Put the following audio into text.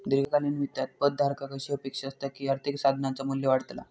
दीर्घकालीन वित्तात पद धारकाक अशी अपेक्षा असता की आर्थिक साधनाचा मू्ल्य वाढतला